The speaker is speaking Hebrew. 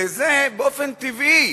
כשבזה באופן טבעי,